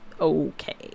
okay